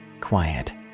quiet